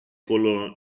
con